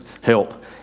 help